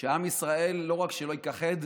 שעם ישראל לא רק שלא ייכחד,